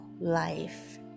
life